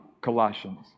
Colossians